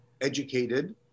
educated